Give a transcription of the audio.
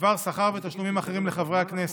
בדבר שכר ותשלומים אחרים לחברי הכנסת.